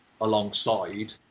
alongside